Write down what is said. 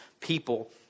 people